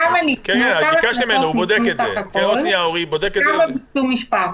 כמה קנסות הוטלו בסך הכול וכמה ביקשו משפט?